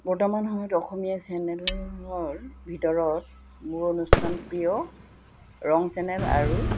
বৰ্তমান সময়ত অসমীয়া চেনেলৰ ভিতৰত মোৰ অনুষ্ঠান প্ৰিয় ৰং চেনেল আৰু